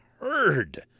heard